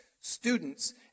students